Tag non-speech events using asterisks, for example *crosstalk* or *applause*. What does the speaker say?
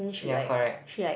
yeah correct *breath*